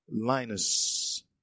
Linus